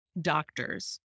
doctors